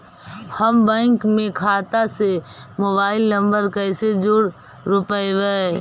हम बैंक में खाता से मोबाईल नंबर कैसे जोड़ रोपबै?